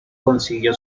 consiguió